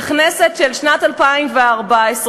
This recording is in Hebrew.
בכנסת של שנת 2014,